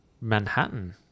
Manhattan